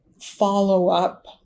follow-up